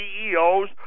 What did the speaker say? CEOs